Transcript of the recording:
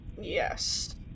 Yes